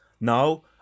now